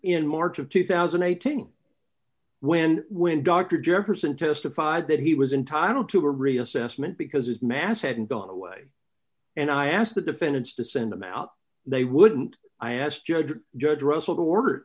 in march of two thousand and eighteen when when dr jefferson testified that he was entitled to a reassessment because his mass hadn't gone away and i asked the defendants to send him out they wouldn't i asked judge judge russell the ord